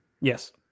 Yes